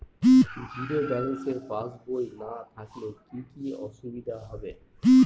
Zero balance passbook না থাকলে কি কী অসুবিধা হবে?